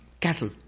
cattle